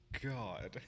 God